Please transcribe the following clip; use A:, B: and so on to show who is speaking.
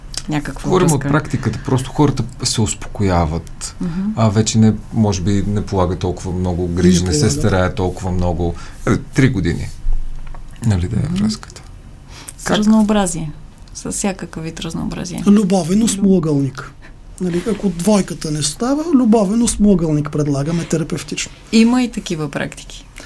A: Някаква
B: Говорим от
A: връзка.
B: практиката, просто хората се успокояват,
A: Мгм.
B: а вече не, може би, не полага толкова много грижи,
C: Не
B: не се
C: полага.
B: старае толкова много. Е, три години, нали, да е
A: Мгм.
B: връзката.
A: С
B: Как?
A: разнообразие. С всякакъв вид разнообразие.
C: Любовен
A: Лю-
C: осмоъгълник. Нали, ако двойката не става, любовен осмоъгълник предлагаме терапевтично.
A: Има и такива практики.